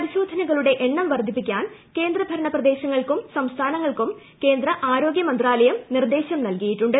പരിശോധനകളുടെ എണ്ണം വർദ്ധിപ്പിക്കാൻ കേന്ദ്രഭരണ പ്രദേശങ്ങൾക്കും സംസ്ഥാനങ്ങൾക്കും കേന്ദ്രആരോഗൃമന്ത്രാലയം നിർദ്ദേശം നല്കിയിട്ടുണ്ട്